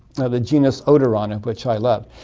the genius odorrana, which i love.